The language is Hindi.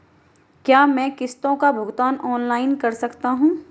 क्या मैं किश्तों का भुगतान ऑनलाइन कर सकता हूँ?